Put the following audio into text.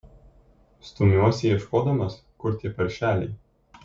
stumiuosi ieškodamas kur tie paršeliai